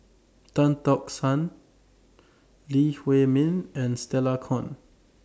Tan Tock San Lee Huei Min and Stella Kon